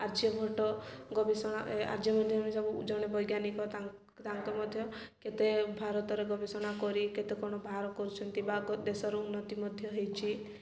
ଆର୍ଯ୍ୟଭଟ୍ଟ ଗବେଷଣା ଏ ଆର୍ଯ୍ୟଭଟ୍ଟ ମଧ୍ୟ ସବୁ ଜଣେ ବୈଜ୍ଞାନିକ ତାଙ୍କ ମଧ୍ୟ କେତେ ଭାରତରେ ଗବେଷଣା କରି କେତେ କ'ଣ ବାହାର କରୁଛନ୍ତି ବା ଦେଶର ଉନ୍ନତି ମଧ୍ୟ ହେଇଛି